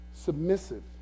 Submissive